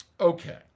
Okay